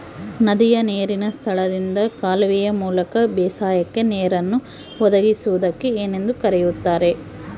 ನದಿಯ ನೇರಿನ ಸ್ಥಳದಿಂದ ಕಾಲುವೆಯ ಮೂಲಕ ಬೇಸಾಯಕ್ಕೆ ನೇರನ್ನು ಒದಗಿಸುವುದಕ್ಕೆ ಏನೆಂದು ಕರೆಯುತ್ತಾರೆ?